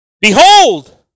Behold